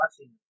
watching